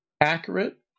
accurate